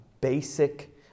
basic